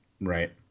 Right